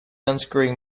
unscrewing